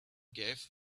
gave